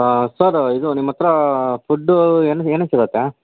ಸರು ಇದು ನಿಮ್ಮ ಹತ್ತಿರ ಫುಡ್ಡೂ ಏನು ಏನು ಸಿಗುತ್ತೆ